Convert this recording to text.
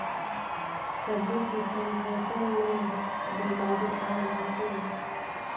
सब्बो किसम फसल मे बेमारी आ जाथे